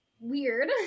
weird